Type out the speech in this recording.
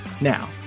Now